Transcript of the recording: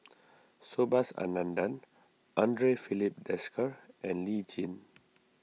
Subhas Anandan andre Filipe Desker and Lee Tjin